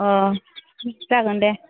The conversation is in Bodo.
अ जागोन दे